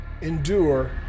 Endure